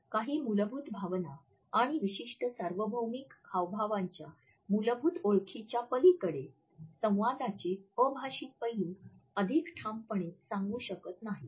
काही मूलभूत भावना आणि विशिष्ट सार्वभौमिक हावभावाच्या मूलभूत ओळखीच्या पलीकडे संवादाचे अभाषिक पैलू अधिक ठामपणे सांगू शकत नाहीत